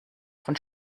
von